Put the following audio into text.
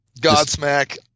Godsmack